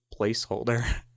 placeholder